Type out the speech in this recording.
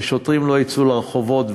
ששוטרים לא יצאו לרחובות,